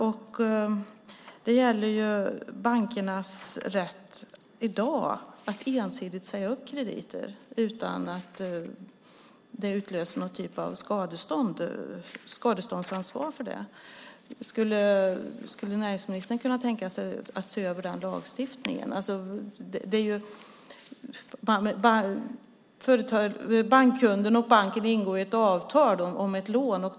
I dag har bankerna rätt att ensidigt säga upp krediter utan att det utlöser någon typ av skadeståndsansvar för dem. Skulle näringsministern kunna tänka sig att se över den lagstiftningen? Bankkunden och banken ingår ett avtal om ett lån.